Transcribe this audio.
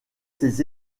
ses